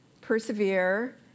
persevere